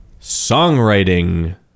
songwriting